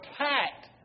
packed